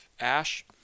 ash